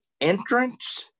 entrance